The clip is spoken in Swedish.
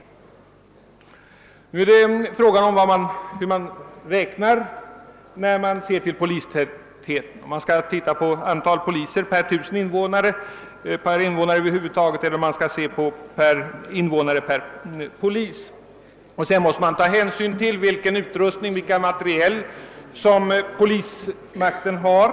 Man kan mäta polistätheten som antalet poliser per 1000 invånare eller som antal invånare per polis, men man måste också ta hänsyn till vilken utrustning och vilken materiel polismakten har.